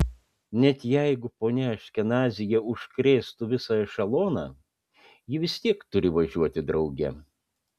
net jeigu ponia aškenazyje užkrėstų visą ešeloną ji vis tiek turi važiuoti drauge